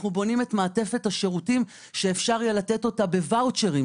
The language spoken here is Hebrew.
אנחנו בונים את מעטפת השירותים שאפשר יהיה לתת אותה בוואוצ'רים,